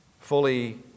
fully